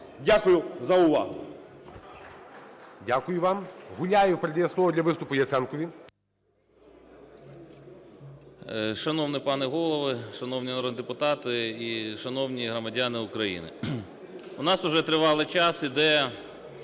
Дякую за увагу.